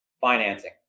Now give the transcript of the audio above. financing